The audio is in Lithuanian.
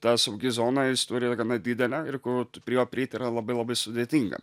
ta saugi zona jis turi gana didelę ir kur tu prie jo prieit yra labai labai sudėtinga